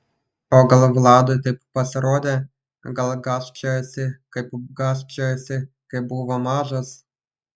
o gal vladui taip pasirodė gal gąsčiojasi kaip gąsčiojosi kai buvo mažas